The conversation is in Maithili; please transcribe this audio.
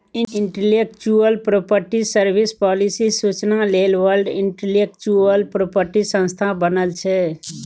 इंटलेक्चुअल प्रापर्टी सर्विस, पालिसी सुचना लेल वर्ल्ड इंटलेक्चुअल प्रापर्टी संस्था बनल छै